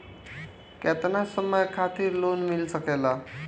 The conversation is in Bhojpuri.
केतना समय खातिर लोन मिल सकेला?